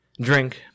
Drink